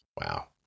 Wow